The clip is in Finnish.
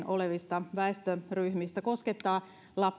olevista väestöryhmistä ja koskettaa